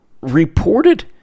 reported